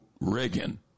Reagan